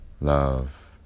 love